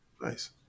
Nice